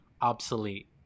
obsolete